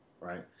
right